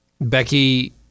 Becky